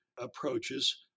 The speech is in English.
approaches